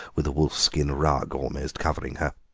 with a wolf-skin rug almost covering her.